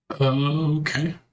Okay